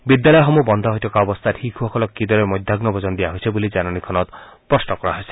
বিদ্যালয়সমূহ বন্ধ হৈ থকা অৱস্থাত শিশুসকলক কিদৰে মধ্যাহ্ন ভোজন দিয়া হৈছে বুলি জাননীখনত প্ৰশ্ন কৰা হৈছে